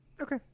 okay